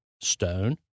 stone